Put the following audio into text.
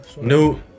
New